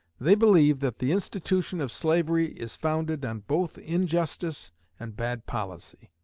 they believe that the institution of slavery is founded on both injustice and bad policy